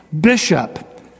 Bishop